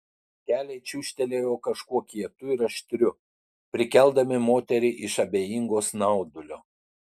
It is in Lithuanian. keliai čiūžtelėjo kažkuo kietu ir aštriu prikeldami moterį iš abejingo snaudulio